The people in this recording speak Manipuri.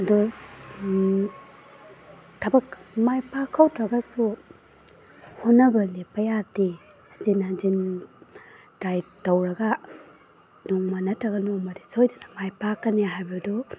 ꯑꯗꯣ ꯊꯕꯛ ꯃꯥꯏ ꯄꯥꯛꯍꯧꯗ꯭ꯔꯒꯁꯨ ꯍꯣꯠꯅꯕ ꯂꯦꯞꯄ ꯌꯥꯗꯦ ꯍꯟꯖꯤꯟ ꯍꯟꯖꯤꯟ ꯇ꯭ꯔꯥꯏ ꯇꯧꯔꯒ ꯅꯣꯡꯃ ꯅꯠꯇ꯭ꯔꯒ ꯅꯣꯡꯃꯗꯤ ꯁꯣꯏꯗꯅ ꯃꯥꯏ ꯄꯥꯛꯀꯅꯤ ꯍꯥꯏꯕꯗꯨ